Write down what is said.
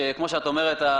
כמו שאת אומרת,